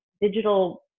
digital